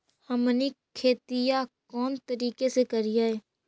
हमनी खेतीया कोन तरीका से करीय?